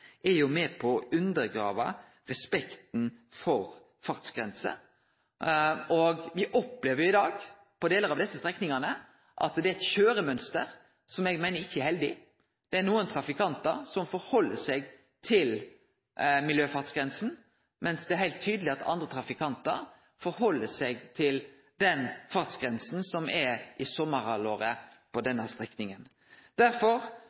er med på å undergrave respekten for fartsgrenser. Me opplever i dag på delar av desse strekningane at det er eit kjøremønster som eg meiner ikkje er heldig. Det er nokre trafikantar som held seg til miljøfartsgrensa, mens det er heilt tydeleg at andre trafikantar held seg til den fartsgrensa som er på denne strekninga i sommarhalvåret.